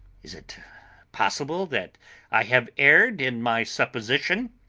is it possible that i have erred in my supposition?